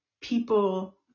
people